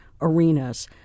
arenas